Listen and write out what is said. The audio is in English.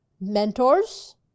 mentors